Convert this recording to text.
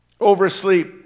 oversleep